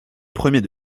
premiers